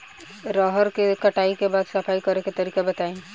रहर के कटाई के बाद सफाई करेके तरीका बताइ?